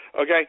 okay